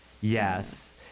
yes